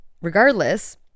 Regardless